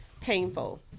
painful